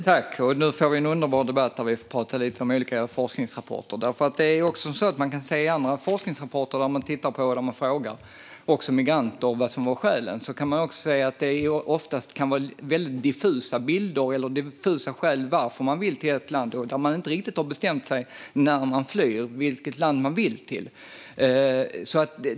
Fru talman! Nu får vi en underbar debatt där vi får prata om olika forskningsrapporter. I forskningsrapporter där man har frågat migranter om skälen är det ofta diffusa bilder eller diffusa skäl till att man vill till ett visst land. När man flyr har man inte riktigt bestämt sig för vilket land man vill till.